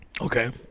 Okay